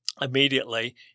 immediately